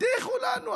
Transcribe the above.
הבטיחו לנו,